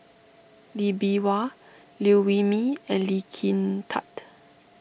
Lee Bee Wah Liew Wee Mee and Lee Kin Tat